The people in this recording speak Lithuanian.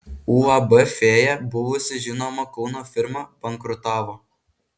uab fėja buvusi žinoma kauno firma bankrutavo